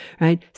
right